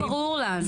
הצורך ברור לנו.